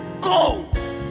go